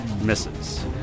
Misses